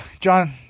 John